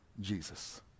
Jesus